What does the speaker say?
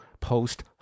post